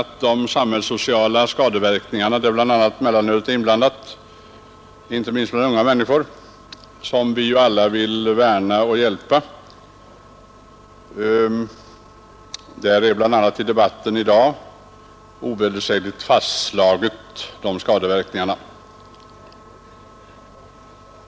Och de samhällssociala skadeverkningar där mellanölet är inblandat — inte minst bland unga människor, som vi alla vill värna om och hjälpa — är ovedersägligen fastslagna bl.a. i debatten i dag.